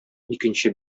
икенче